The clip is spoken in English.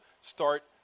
start